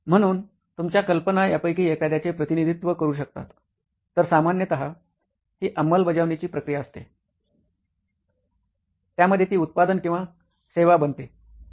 म्हणून तुमच्या कल्पना यापैकी एखाद्याचे प्रतिनिधित्व करू शकतात तर सामान्यत ही अंमलबजावणीची प्रक्रिया असते त्यामध्ये ती उत्पादन किंवा सेवा बनते